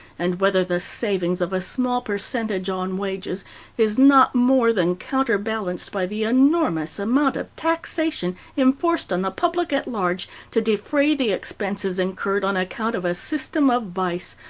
and whether the savings of a small percentage on wages is not more than counter-balanced by the enormous amount of taxation enforced on the public at large to defray the expenses incurred on account of a system of vice,